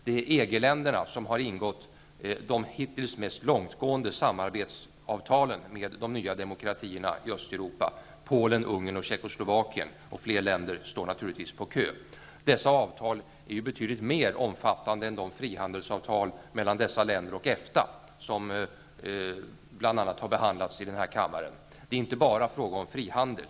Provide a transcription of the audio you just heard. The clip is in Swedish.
Det är EG-länderna som har ingått de hittills mest långtgående samarbetsavtalen med de nya demokratierna i Östeuropa -- Polen, Ungern och Tjeckoslovakien, och fler länder står naturligtvis på kö. Dessa avtal är ju betydligt mer omfattande än de frihandelsavtal mellan dessa länder och EFTA som bl.a. har behandlats i den här kammaren. Det är inte bara fråga om frihandel.